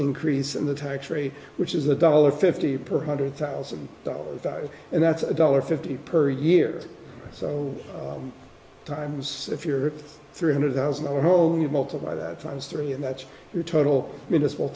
increase in the tax rate which is a dollar fifty per hundred thousand dollars and that's a dollar fifty per year so times if you're three hundred thousand on home you multiply that times three and that's your total municipal